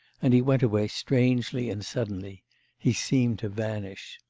and he went away strangely and suddenly he seemed to vanish.